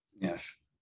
Yes